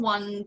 One